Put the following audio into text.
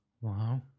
Wow